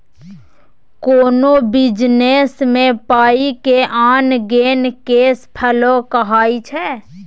कोनो बिजनेस मे पाइ के आन गेन केस फ्लो कहाइ छै